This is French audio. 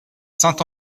saint